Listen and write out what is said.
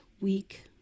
week